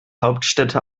hauptstädte